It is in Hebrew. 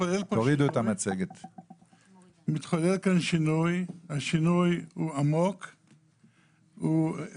מתחולל כאן שינוי, הוא עמוק ומערכתי.